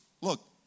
look